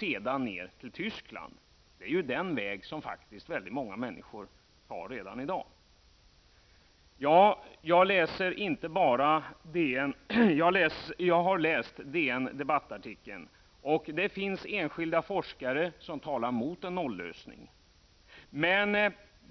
vidare till Tyskland. Jag läser inte bara Dagens Nyheter. Jag har läst Dagens Nyheters debattartikel som här har nämnts. Det finns enskilda forskare som talar mot en noll-lösning.